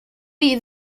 eat